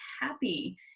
happy